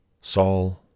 Saul